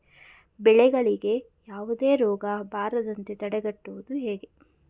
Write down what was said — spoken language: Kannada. ಬೆಳೆಗಳಿಗೆ ಯಾವುದೇ ರೋಗ ಬರದಂತೆ ತಡೆಗಟ್ಟುವುದು ಹೇಗೆ?